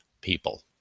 people